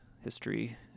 history